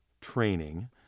training